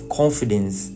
confidence